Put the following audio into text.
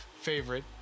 favorite